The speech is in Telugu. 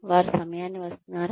వారు సమయానికి వస్తున్నారా